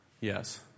Yes